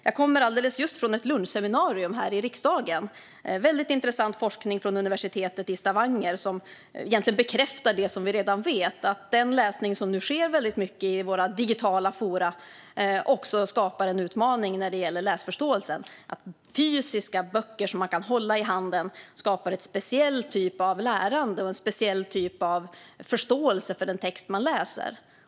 Jag kommer just från ett lunchseminarium här i riksdagen med väldigt intressant forskning från universitetet i Stavanger som bekräftar det vi redan vet: Den läsning som nu väldigt mycket sker i våra digitala forum skapar en utmaning när det gäller läsförståelsen, medan fysiska böcker som man kan hålla i handen skapar en särskild typ av lärande och en särskild typ av förståelse för den text man läser.